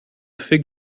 fig